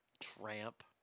Tramp